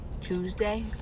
Tuesday